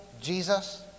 Jesus